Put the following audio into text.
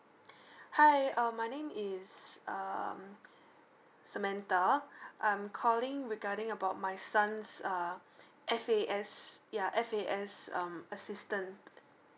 hi uh my name is um samantha I'm calling regarding about my son's uh F_A_S yeah F_A_S um assistant